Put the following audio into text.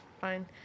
Fine